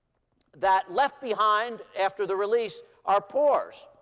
that, left behind after the release, are pores.